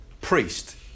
priest